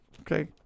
Okay